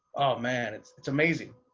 man. it's it's amazing.